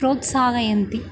प्रोत्साहयन्ति